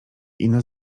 ino